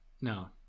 No